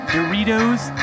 Doritos